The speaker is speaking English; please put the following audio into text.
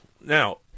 now